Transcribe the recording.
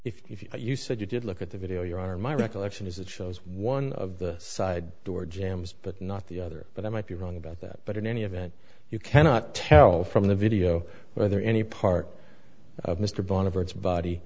if you said you did look at the video your honor my recollection is it shows one of the side door jambs but not the other but i might be wrong about that but in any event you cannot tell from the video whether any part of mr bo